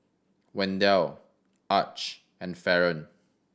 Wendell Arch and Faron